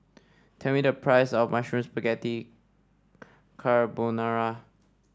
tell me the price of Mushroom Spaghetti Carbonara